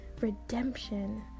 Redemption